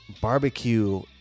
barbecue